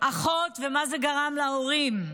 אחות ומה זה גרם להורים.